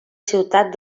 ciutat